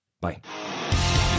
Bye